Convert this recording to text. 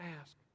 ask